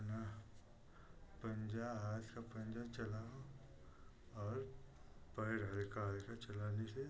अपना पंजा हाथ का पंजा चलाओ और पैर हल्का हल्का चलाने से